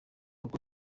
kuko